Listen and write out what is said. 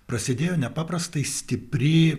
prasidėjo nepaprastai stipri